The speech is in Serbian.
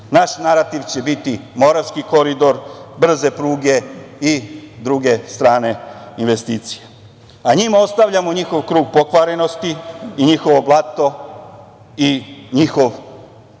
Naš narativ će biti Moravski koridor, brze pruge i druge strane investicije, a njima ostavljamo njihov krug pokvarenosti i njihovo blato i njihov